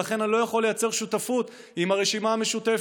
ולכן אני לא יכול לייצר שותפות עם הרשימה המשותפת,